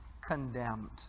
condemned